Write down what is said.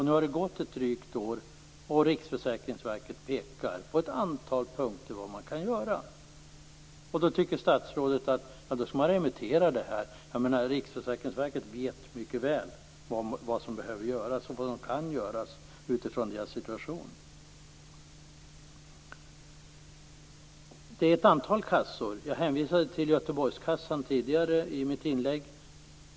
Nu har det gått ett drygt år, och Riksförsäkringsverket pekar i ett antal punkter på vad man kan göra. Då tycker statsrådet att ärendet skall remitteras. Riksförsäkringsverket vet mycket väl vad som behöver göras och vad som kan göras. Det rör sig om ett antal försäkringskassor. Jag hänvisade till Göteborgskassan i mitt tidigare inlägg.